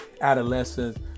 adolescence